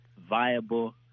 viable